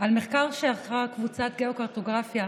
על מחקר שערכה קבוצת גיאוקרטוגרפיה,